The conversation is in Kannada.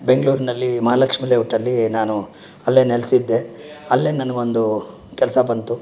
ಬೆಂಗಳೂರಿನಲ್ಲಿ ಮಹಾಲಕ್ಷ್ಮಿ ಲೇಔಟಲ್ಲಿ ನಾನು ಅಲ್ಲೇ ನೆಲೆಸಿದ್ದೆ ಅಲ್ಲೇ ನನಗೊಂದು ಕೆಲಸ ಬಂತು